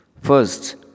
First